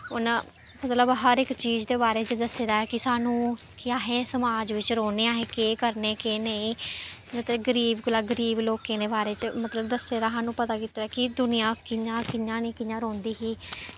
उ'नें मतलब हर इक चीज़ दे बारे च दस्से दा ऐ कि सानूं के असें समाज़ बिच्च रौह्न्ने आं अस केह् करने आं केह् नेईं ते गरीब कोला गरीब लोकें दे बारे च मतलब दस्से दा सानूं पता कीते दा कि दुनियां कि'यां कि'यां नेईं कियां रौंह्दी कि नेईं